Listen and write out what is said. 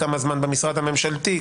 כמה זמן במשרד הממשלתי?